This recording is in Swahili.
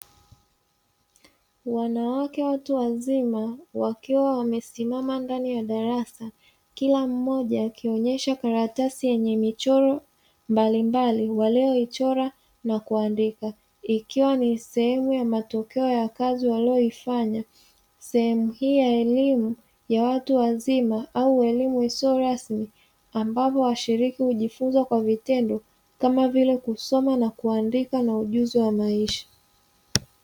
Wanawake watu wazima wakiwa wamesimama ndani ya darasa, kila mmoja akionyesha karatasi yenye michoro mbalimbali; waliyoichora na kuandika. Ikiwa ni sehemu ya matokeo ya kazi waliyoifanya. Sehemu hii ya elimu ya watu wazima au elimu isiyo rasmi, ambapo washiriki hujifunza kwa vitendo kama vile: kusoma na kuandika na ujuzi wa maisha.